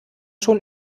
schon